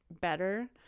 better